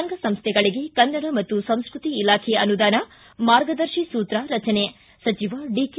ಸಂಘ ಸಂಸ್ಥೆಗಳಿಗೆ ಕನ್ನಡ ಮತ್ತು ಸಂಸ್ಕತಿ ಇಲಾಖೆ ಅನುದಾನ ಮಾರ್ಗದರ್ಶಿ ಸೂತ್ರ ರಚನೆ ಸಚಿವ ಡಿಕೆ